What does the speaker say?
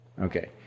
okay